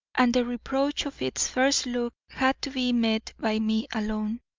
and the reproach of its first look had to be met by me alone.